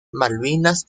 malvinas